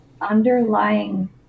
underlying